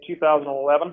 2011